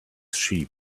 sheep